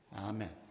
Amen